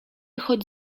choć